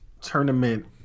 tournament